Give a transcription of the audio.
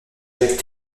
jacques